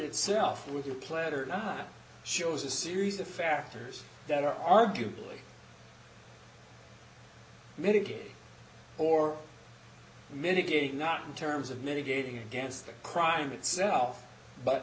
itself with the platter shows a series of factors that are arguably medical or mitigating not in terms of mitigating against the crime itself but